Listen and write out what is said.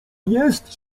jest